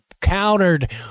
countered